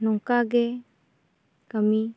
ᱱᱚᱝᱠᱟ ᱜᱮ ᱠᱟᱹᱢᱤ